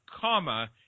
comma